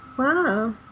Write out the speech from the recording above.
Wow